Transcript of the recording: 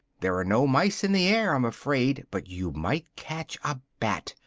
there are no mice in the air, i'm afraid, but you might catch a bat,